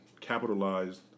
capitalized